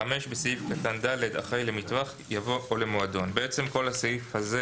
אחרי "למטווח" יבוא "או למועדון"; (4)בסעיף קטן (ג),